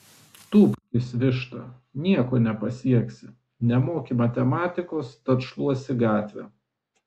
tūpkis višta nieko nepasieksi nemoki matematikos tad šluosi gatvę